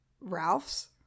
Ralph's